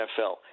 NFL